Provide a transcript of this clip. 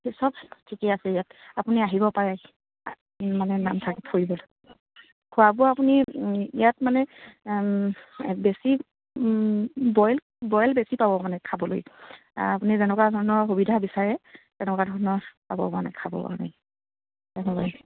সেই চব ঠিকে আছে ইয়াত আপুনি আহিব পাৰে মানে নামফাকে ফুৰিবলৈ খোৱা বোৱা আপুনি ইয়াত মানে বেছি বইল বইল বেছি পাব মানে খাবলৈ আপুনি যেনেকুৱা ধৰণৰ সুবিধা বিচাৰে তেনেকুৱা ধৰণৰ পাব মানে খাবৰ কাৰণে